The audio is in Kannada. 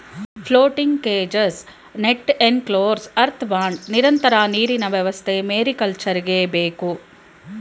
floating cages, net enclosures, earth bund, ನಿರಂತರ ನೀರಿನ ವ್ಯವಸ್ಥೆ ಮೇರಿಕಲ್ಚರ್ಗೆ ಬೇಕು